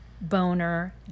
boner